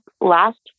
last